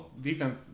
Defense